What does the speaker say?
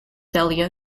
dahlia